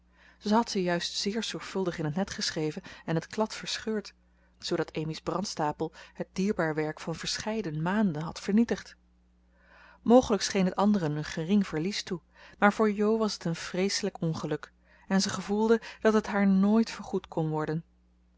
ze juist zeer zorgvuldig in het net geschreven en het klad verscheurd zoodat amy's brandstapel het dierbaar werk van verscheiden maanden had vernietigd mogelijk scheen het anderen een gering verlies toe maar voor jo was het een vreeselijk ongeluk en ze gevoelde dat het haar nooit vergoed kon worden